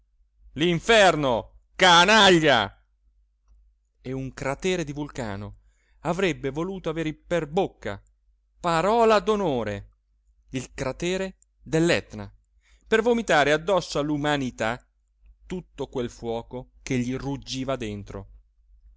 l'inferno canaglia e un cratere di vulcano avrebbe voluto avere per bocca parola d'onore il cratere dell'etna per vomitare addosso all'umanità tutto quel fuoco che gli ruggiva dentro